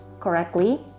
correctly